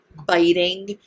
biting